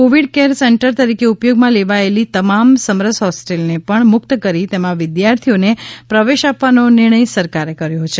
Covid care centre તરીકે ઉપયોગમાં લેવાયેલી તમામ સમરસ હોસ્ટેલને પણ મૂકત કરી તેમાં વિદ્યા ર્થીઓને પ્રવેશ આપવાનો નિર્ણય સરકારે કર્યો છે